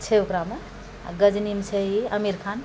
छै ओकरामे गजनीमे छै ई आमिर खान